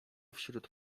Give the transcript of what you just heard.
wśród